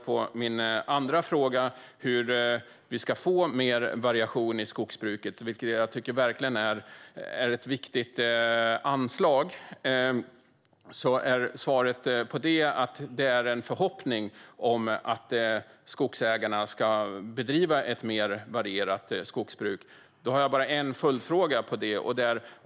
På frågan om hur vi ska få mer variation i skogsbruket, vilket verkligen är ett viktigt anslag, är svaret att det är en förhoppning att skogsägarna ska bedriva ett mer varierat skogsbruk. Jag har en följdfråga.